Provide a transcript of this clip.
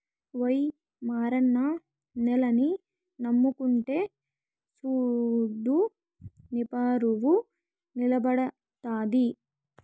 ఓయి మారన్న నేలని నమ్ముకుంటే సూడు నీపరువు నిలబడతది